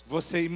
Você